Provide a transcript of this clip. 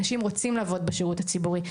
אנשים רוצים לעבוד בשירות הציבורי,